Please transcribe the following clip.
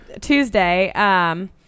Tuesday